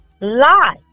lie